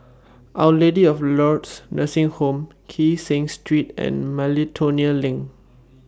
Our Lady of Lourdes Nursing Home Kee Seng Street and Miltonia LINK